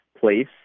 place